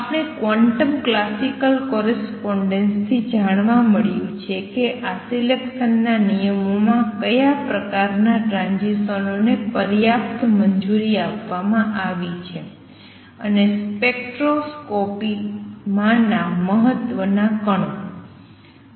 આપણને quantum classical correspondence થી જાણવા મળ્યું છે કે આ સિલેકસનના નિયમો માં ક્યાં પ્રકાર ના ટ્રાંઝીસનો ને પર્યાપ્ત મંજૂરી આપવામાં આવી છે અને સ્પેક્ટ્રોસ્કોપીમાંના મહત્વના કણો